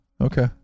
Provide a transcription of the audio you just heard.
Okay